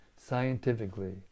scientifically